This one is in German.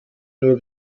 nur